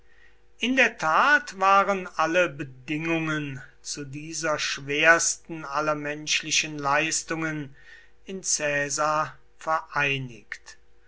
in der tat waren alle bedingungen zu dieser schwersten aller menschlichen leistungen in caesar vereinigt